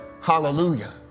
Hallelujah